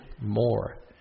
more